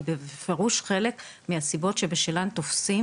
היא בפירוש חלק מהסיבות שבשלן תופסים,